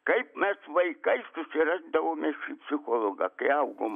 kaip mes vaikai susirasdavom psichologą kai augom